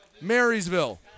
Marysville